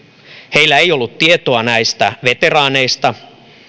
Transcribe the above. heillä ei ollut tietoa näistä veteraaneista